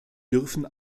dürfen